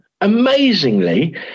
amazingly